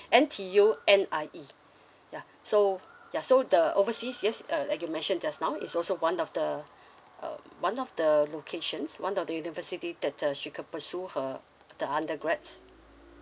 N_T_U N_I_E ya so ya so the overseas yes err like you mentioned just now it's also one of the um one of the locations one of the university that uh she can pursue her the undergrads